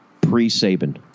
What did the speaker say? pre-Saban